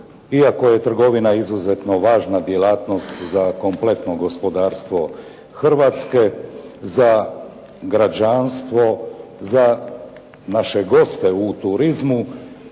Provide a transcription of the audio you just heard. iako je trgovina izuzetno važna djelatnost za kompletno gospodarstvo Hrvatske, za građanstvo, za naše goste u turizmu